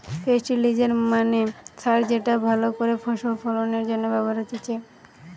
ফেস্টিলিজের মানে সার যেটা ভালো করে ফসল ফলনের জন্য ব্যবহার হতিছে